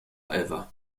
ewa